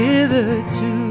Hitherto